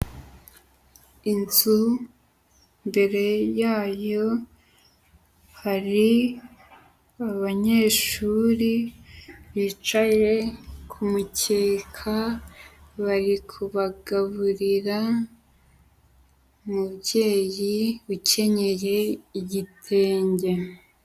Inzu, imbere yayo hari abanyeshuri bicaye ku mukeka, bari kugaburira. Umubyeyi ukenyeye igitenge.